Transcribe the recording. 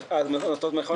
נכון.